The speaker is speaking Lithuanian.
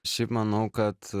šiaip manau kad